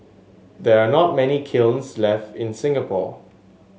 there are not many kilns left in Singapore